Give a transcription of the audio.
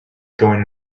going